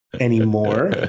anymore